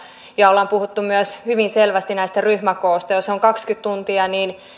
ja ollaan puhuttu myös hyvin selvästi näistä ryhmäkooista jos on kaksikymmentä tuntia niin